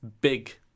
big